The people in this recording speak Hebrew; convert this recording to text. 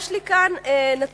יש לי כאן נתון,